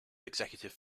executive